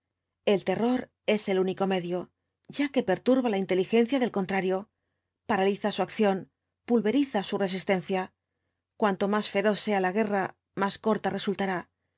el terror es el único medio ya que perturba la inteligencia del contrario paraliza su acción pulveriza su resistencia cuanto más feroz sea la guerra más corta resultará